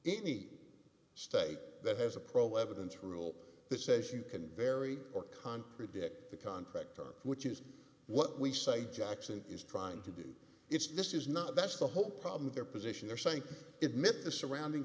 any state that has a pro evidence rule that says you can vary or contradict the contractor which is what we say jackson is trying to do it's this is not that's the whole problem of their position they're saying it met the surrounding